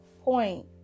point